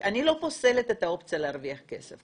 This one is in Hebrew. אני לא פוסלת את האופציה להרוויח כסף.